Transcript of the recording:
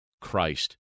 Christ